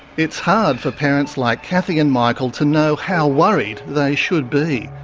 it's hard for parents like cathy and michael to know how worried they should be.